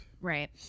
Right